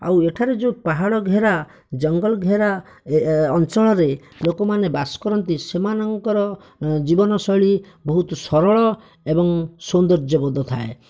ଆଉ ଏଠାରେ ଯେଉଁ ପାହାଡ଼ଘେରା ଜଙ୍ଗଲଘେରା ଅଞ୍ଚଳରେ ଲୋକମାନେ ବାସ କରନ୍ତି ସେମାନଙ୍କର ଜିବନଶୈଳୀ ବହୁତ୍ ସରଳ ଏବଂ ସୌନ୍ଦର୍ଯ୍ୟବୋଧ ଥାଏ